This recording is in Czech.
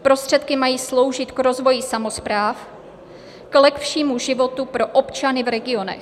Prostředky mají sloužit k rozvoji samospráv, k lepšímu životu pro občany v regionech.